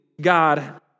God